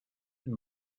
and